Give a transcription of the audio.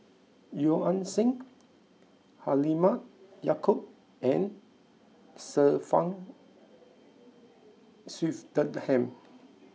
Yeo Ah Seng Halimah Yacob and Sir Frank Swettenham